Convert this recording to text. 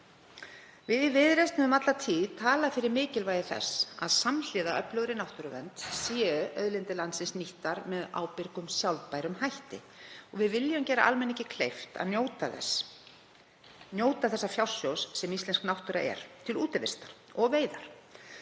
Við í Viðreisn höfum alla tíð talað fyrir mikilvægi þess að samhliða öflugri náttúruvernd séu auðlindir landsins nýttar með ábyrgum sjálfbærum hætti. Við viljum gera almenningi kleift að njóta þessa fjársjóðs sem íslensk náttúra er til útivistar og veiða,